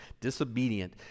disobedient